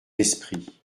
esprit